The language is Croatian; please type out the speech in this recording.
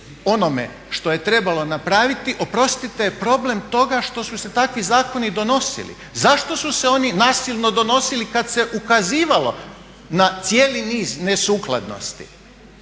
onome što je trebalo napraviti, oprostite problem toga što su se takvi zakoni donosili. Zašto su se oni nasilno donosili kada se ukazivalo na cijeli niz nesukladnosti?